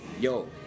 yo